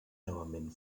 novament